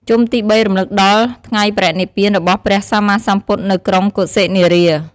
ជុំទី ៣ រំលឹកដល់ ថ្ងៃបរិនិព្វាន របស់ព្រះសម្មាសម្ពុទ្ធនៅក្រុងកុសិនារា។